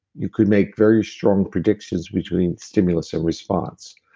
you could make very strong predictions between stimulus and response.